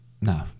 no